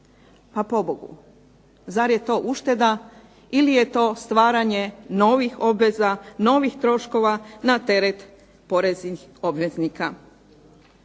Pa pobogu, zar je to ušteda ili je to stvaranje novih obveza, novih troškova na teret poreznih obveznika.